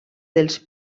dels